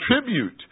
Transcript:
tribute